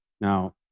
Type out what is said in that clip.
Now